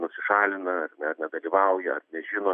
nusišalina ar ne nedalyvauja ar nežino